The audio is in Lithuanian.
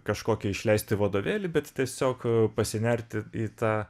kažkokį išleisti vadovėlį bet tiesiog pasinerti į tą